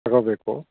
ತೊಗೋಬೇಕು